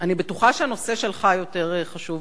אני בטוחה שהנושא שלך יותר חשוב,